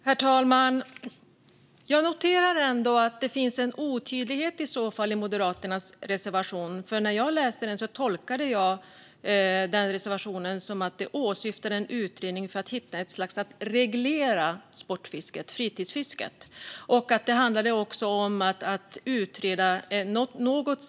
Herr talman! Jag noterar att det i så fall finns en otydlighet i Moderaternas reservation. Jag tolkade det nämligen som att den åsyftade en utredning för att hitta ett sätt att särskilja yrkesfisket och sportfisket och reglera sport och fritidsfisket.